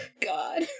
God